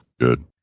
Good